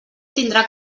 tindrà